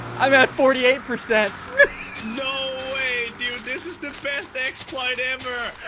i'm at forty eight percent no, way dude. this is the best exploit ever